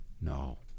No